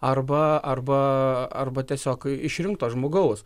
arba arba arba tiesiog išrinkto žmogaus